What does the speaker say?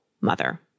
mother